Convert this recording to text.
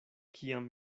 kiam